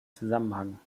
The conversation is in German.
zusammenhang